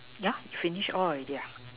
yeah you finish all already ah